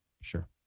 Sure